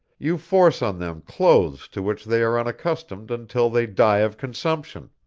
you force on them clothes to which they are unaccustomed until they die of consumption.